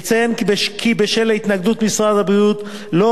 אציין כי בשל התנגדות משרד הבריאות לא